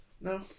No